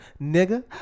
nigga